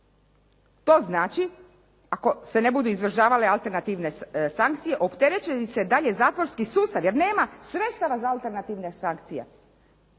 To znači, ako se ne budu izražavale alternativne sankcije, …/Govornica se ne razumije./… će se dalje zatvorski sustav jer nema sredstava za alternativne sankcije.